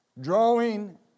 Drawing